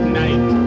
night